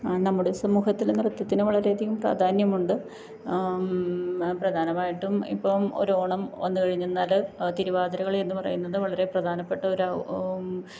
ആ നമ്മുടെ സമൂഹത്തിൽ നൃത്തത്തിന് വളരെയധികം പ്രാധാന്യമുണ്ട് പ്രധാനമായിട്ടും ഇപ്പോൾ ഒരു ഓണം വന്നുകഴിഞ്ഞെന്നാൽ തിരുവാതിരക്കളി എന്നുപറയുന്നത് വളരെ പ്രധാനപ്പെട്ട ഒരു